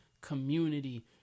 community